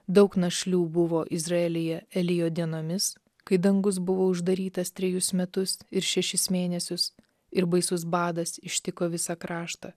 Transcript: daug našlių buvo izraelyje elijo dienomis kai dangus buvo uždarytas trejus metus ir šešis mėnesius ir baisus badas ištiko visą kraštą